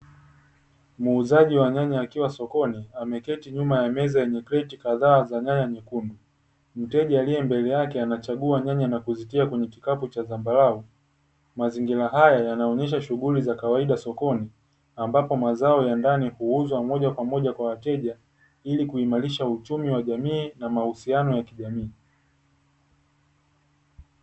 Muuzaji wa nyanya akiwa sokoni, ameketi nyuma ya meza yenye kreti kadhaa za nyanya nyekundu, mteja aliye mbele yake anachagua nyanya na kuzitia kwenye kikapu cha zambarau. Mazingira haya yanaonyesha shughuli za kawaida sokoni, ambapo mazao ya ndani huuzwa moja kwa moja kwa wateja ili kuimarisha uchumi wa jamii na mahusiano ya kijamii.